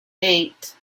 eight